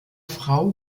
frau